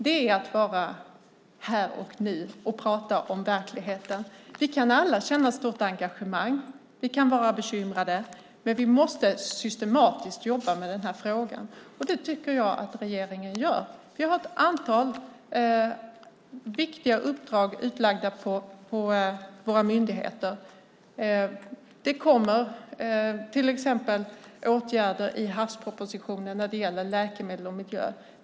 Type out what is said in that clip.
Det är att vara här och nu och prata om verkligheten. Vi kan alla känna stort engagemang. Vi kan vara bekymrade. Men vi måste systematiskt jobba med den här frågan, och det tycker jag att regeringen gör. Vi har ett antal viktiga uppdrag utlagda på våra myndigheter. Det kommer till exempel åtgärder i havspropositionen när det gäller läkemedel och miljö.